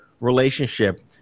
relationship